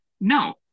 no